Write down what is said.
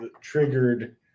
triggered